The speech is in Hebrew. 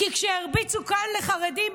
כי כשהרביצו לחרדים,